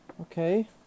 Okay